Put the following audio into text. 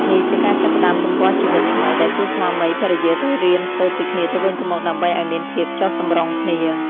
នេះជាការចាប់ផ្តើមទំព័រជីវិតថ្មី ដែលគូស្វាមីភរិយាត្រូវរៀនសូត្រពីគ្នាទៅវិញទៅមក ដើម្បីឱ្យមានភាពចុះសម្រុងគ្នា ។